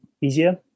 easier